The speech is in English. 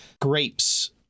grapes